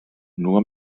nur